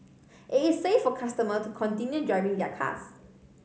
it is safe for customers to continue driving their cars